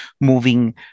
moving